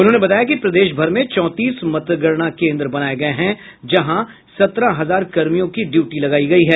उन्होंने बताया कि प्रदेश भर में चौंतीस मतगणना केन्द्र बनाये गये हैं जहां सत्रह हजार कर्मियों की ड्यूटी लगायी गयी है